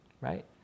right